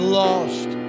lost